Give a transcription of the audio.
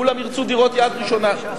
כולם ירצו דירות יד ראשונה.